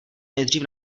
nejdřív